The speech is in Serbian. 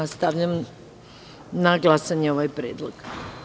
Stavljam na glasanje ovaj predlog.